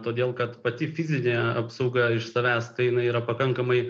todėl kad pati fizinė apsauga iš savęs tai jinai yra pakankamai